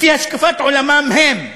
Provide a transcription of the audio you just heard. לפי השקפת עולמם הם,